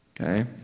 Okay